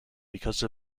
because